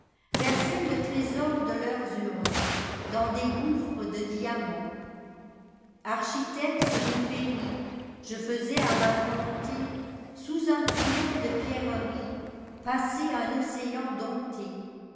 versaieiii le irésor de leurs urnesdans des gouiïrcs de diamant architecte de mes féeries je faisais à ma volonté sous un tunnel de pierreriespasser un océan dompté